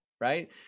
Right